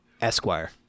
Esquire